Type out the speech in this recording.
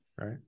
Right